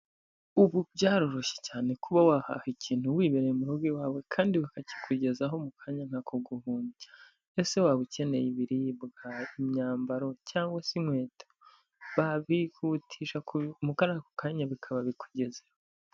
Ubu byaroroshye cyane kuba wahaha ikintu wibereye mu rugo i wawe kandi ukakikugezaho mu kanya nkako guhumbya ese waba ukeneye ibiribwa, imyambaro cyangwa se inkweto babyihutisha ako kanya bikaba bikugezeho.